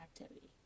activity